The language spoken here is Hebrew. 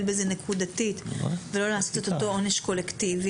בזה נקודתית ולא לעשות את אותו עונש קולקטיבי?